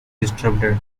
disturbed